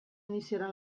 iniciarà